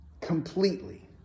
Completely